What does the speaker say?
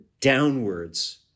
downwards